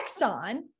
Exxon